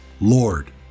Lord